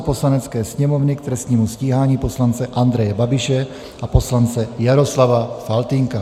Poslanecké sněmovny k trestnímu stíhání poslance Andreje Babiše a poslance Jaroslava Faltýnka